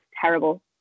terrible